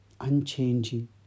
unchanging